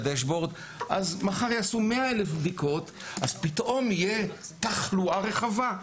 מחר כשיעשו 100,000 בדיקות ופתאום תהיה תחלואה רחבה.